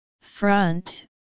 front